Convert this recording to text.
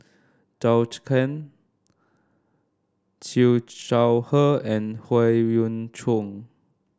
Zhou Can Siew Shaw Her and Howe Yoon Chong